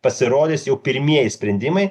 pasirodys jau pirmieji sprendimai